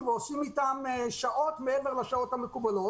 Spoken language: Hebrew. ועושים איתם שעות מעבר לשעות המקובלות.